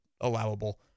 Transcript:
allowable